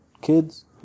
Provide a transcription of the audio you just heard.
kids